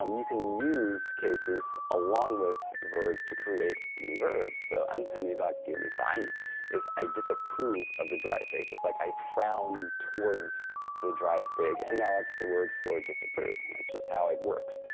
um you can use cases along with verbs to create new verbs. so anha nivak kemisaan is i disapprove of the dried fig. it's like i frowned towards the dried fig, and now that's the word for disapprove. and that's just how it works.